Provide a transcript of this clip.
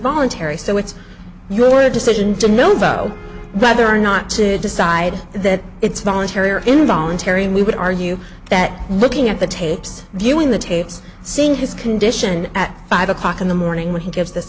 voluntary so it's your decision to milborough whether or not to decide that it's voluntary or involuntary and we would argue that looking at the tapes viewing the tapes seeing his condition at five o'clock in the morning when he gives